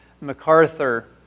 MacArthur